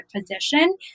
position